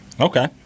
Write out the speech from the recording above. Okay